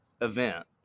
event